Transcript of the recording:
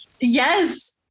Yes